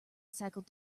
cycled